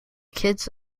kids